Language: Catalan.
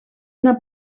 una